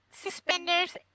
Suspenders